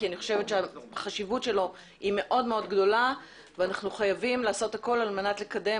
אני חושבת שחשיבותו מאוד גדולה ואנו חייבים לעשות הכול כדי לקדם